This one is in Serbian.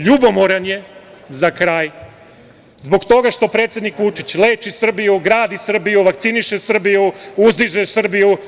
Ljubomoran je, za kraj, zbog toga što predsednik Vučić leči Srbiju, gradi Srbiju, vakciniše Srbiju, uzdiže Srbiju.